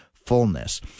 Fullness